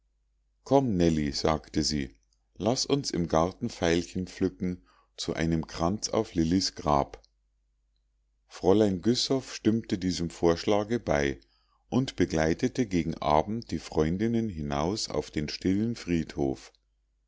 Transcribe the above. komm nellie sagte sie laß uns im garten veilchen pflücken zu einem kranz auf lillis grab fräulein güssow stimmte diesem vorschlage bei und begleitete gegen abend die freundinnen hinaus auf den stillen friedhof